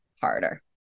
harder